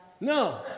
No